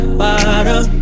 water